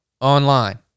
online